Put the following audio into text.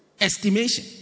estimation